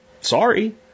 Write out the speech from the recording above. Sorry